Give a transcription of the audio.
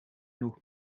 nog